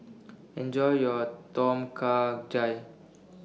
Enjoy your Tom Kha Gai